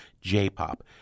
J-pop